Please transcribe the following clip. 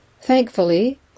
Thankfully